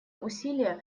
усилия